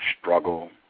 struggle